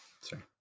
sorry